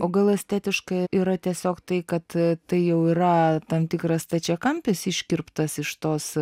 o gal estetiškai yra tiesiog tai kad tai jau yra tam tikras stačiakampis iškirptas iš tos